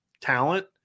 talent